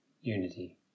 unity